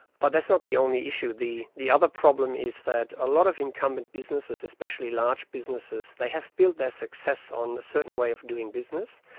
but that's not the only issue. the the other problem is that a lot of incumbent businesses, especially large businesses, they have built their success on a certain way of doing business.